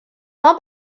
нам